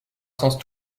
sens